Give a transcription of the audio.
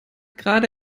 gerade